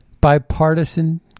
bipartisan